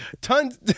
Tons